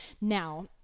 now